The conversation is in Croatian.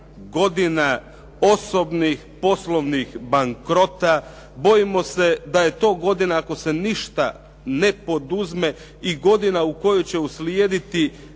godina osobnih poslovnih bankrota, bojimo se da je to godina ako se ništa ne poduzme i godina u kojoj će uslijediti